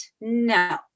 No